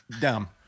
dumb